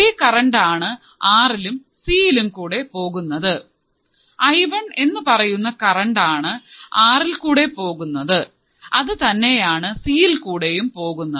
ഒരേ കറണ്ട് ആണ് ആർ ഇൽകൂടെയും സി യിൽകൂടെയും പോകുന്നത് ഐ വൺ എന്നു പറയുന്ന കറണ്ട് ആണ് ആറിൽ കൂടെ പോകുന്നത് അത് തന്നെയാണ് സി യിൽ കൂടെയും പോകുന്നത്